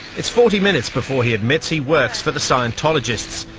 it is forty minutes before he admits he works for the scientologists.